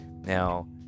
Now